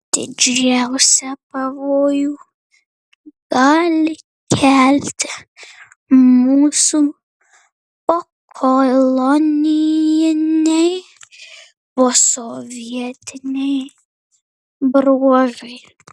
didžiausią pavojų gali kelti mūsų pokolonijiniai posovietiniai bruožai